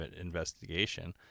investigation